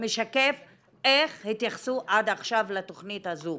משקף איך התייחסו עד עכשיו לתכנית הזו.